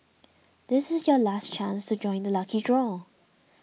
this is your last chance to join the lucky draw